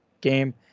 game